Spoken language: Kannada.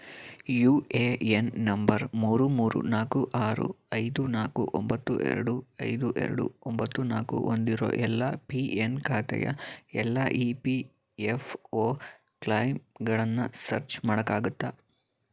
ಯು ಎ ಎನ್ ನಂಬರ್ ಮೂರು ಮೂರು ನಾಲ್ಕು ಆರು ಐದು ನಾಲ್ಕು ಒಂಬತ್ತು ಎರಡು ಐದು ಎರಡು ಒಂಬತ್ತು ನಾಲ್ಕು ಹೊಂದಿರೊ ಎಲ್ಲ ಪಿ ಎನ್ ಖಾತೆಯ ಎಲ್ಲ ಇ ಪಿ ಎಫ್ ಒ ಕ್ಲೈಮ್ಗಳನ್ನು ಸರ್ಚ್ ಮಾಡೋಕ್ಕಾಗುತ್ತಾ